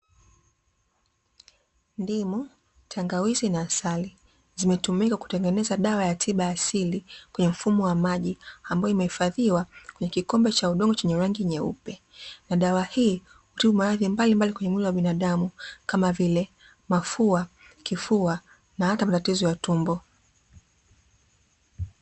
Ndimu, tangawizi na asali, zimetumika kuetengeneza dawa ya tiba ya asili, kwenye mfumo wa maji, ambayo imehifadhiwa kwenye kikombe cha udongo chenye rangi nyeupe na dawa hii hutuma maradhi mbalimbali kwenye mwili wa binadamu kama vile mafua, kifua na hata matatizo ya tumbo.